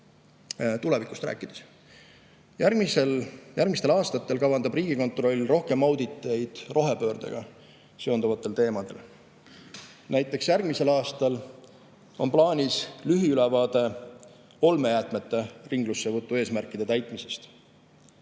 Tulevikust rääkides, järgmistel aastatel kavandab Riigikontroll rohkem auditeid rohepöördega seonduvatel teemadel. Näiteks on järgmisel aastal plaanis lühiülevaade olmejäätmete ringlussevõtu eesmärkide täitmisest.